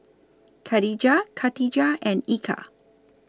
Khadija Katijah and Eka